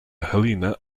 helena